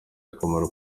akamaro